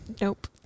Nope